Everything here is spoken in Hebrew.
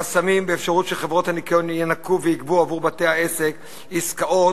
חסמים באפשרות שחברות הניכיון ינכו ויגבו עבור בתי-העסק עסקאות.